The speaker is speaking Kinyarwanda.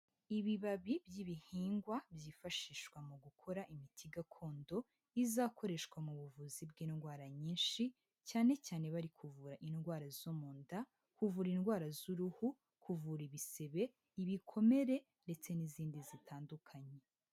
Ibibabi by'ibihingwa byifashishwa mu gukora imiti gakondo, izakoreshwa mu buvuzi bw'indwara nyinshi, cyane cyane bari kuvura indwara zo mu nda, kuvura indwara z'uruhu, kuvura ibisebe, ibikomere, ndetse n'izindi zitandukanye.